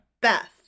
Beth